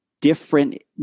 different